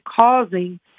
causing